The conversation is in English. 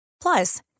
plus